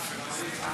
בבקשה,